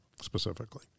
specifically